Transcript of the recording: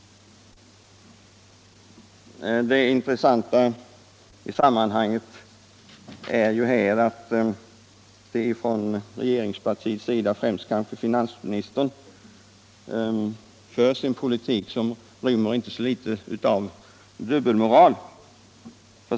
Det intressanta i sammanhanget är att regeringspartiet, kanske främst finansministern, för en politik som saknar logik och som rymmer inte så litet av dubbelmoral.